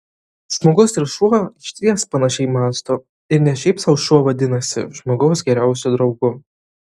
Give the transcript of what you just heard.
žmogus ir šuo išties panašiai mąsto ir ne šiaip sau šuo vadinasi žmogaus geriausiu draugu